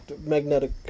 magnetic